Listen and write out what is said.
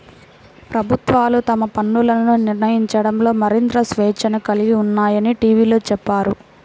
ప్రభుత్వాలు తమ పన్నులను నిర్ణయించడంలో మరింత స్వేచ్ఛను కలిగి ఉన్నాయని టీవీలో చెప్పారు